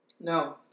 No